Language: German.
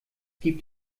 gibt